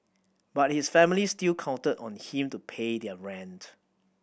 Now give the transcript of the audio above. but his family still counted on him to pay their rent